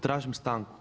Tražim stanku.